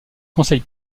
conseil